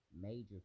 major